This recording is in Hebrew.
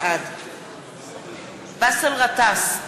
בעד באסל גטאס,